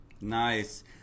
Nice